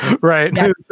Right